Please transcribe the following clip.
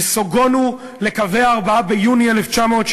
נסוגונו לקווי ה-4 ביוני 1967,